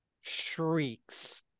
shrieks